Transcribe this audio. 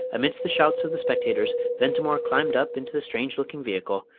amidst the shouts of the spectators, ventimore climbed up into the strange-looking vehicle,